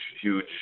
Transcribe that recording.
huge